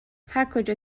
هرکجا